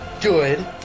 good